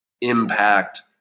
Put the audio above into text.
impact